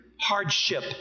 Hardship